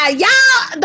Y'all